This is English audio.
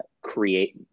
create